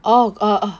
orh uh